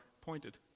pointed